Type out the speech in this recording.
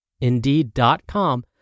Indeed.com